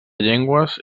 llengües